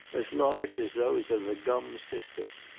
as large as those of the gum-cistus.